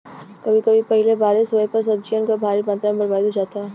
कभी कभी पहिले बारिस होये पर सब्जियन क भारी मात्रा में बरबादी हो जाला